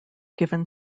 given